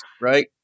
right